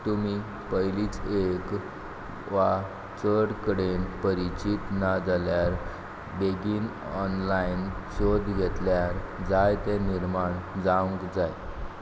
तुमी पयलींच एक वा चड कडेन परिचीत ना जाल्यार बेगीन ऑनलायन सोद घेतल्यार जायतें निर्माण जावंक जाय